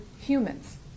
humans